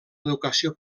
educació